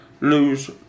lose